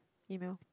email